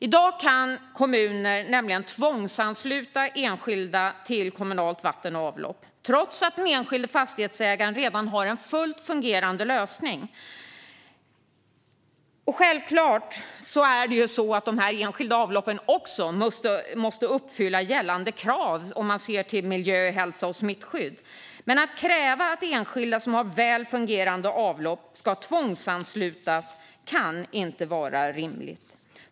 I dag kan kommuner tvångsansluta enskilda fastighetsägare till kommunalt vatten och avlopp trots att denne redan har en fullt fungerande lösning. Givetvis måste de enskilda avloppen uppfylla gällande krav vad gäller miljö, hälsa och smittskydd, men att tvångsansluta enskilda som har väl fungerande avlopp är inte rimligt.